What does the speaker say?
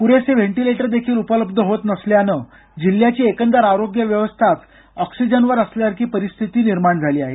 प्रेसे ventilator देखील उपलब्ध होत नसल्यानं जिल्ह्याची एकंदर आरोग्य व्यवस्थाच ऑक्सिजनवर असल्यासारखी परिस्थिती निर्माण झाली आहे